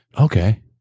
Okay